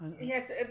Yes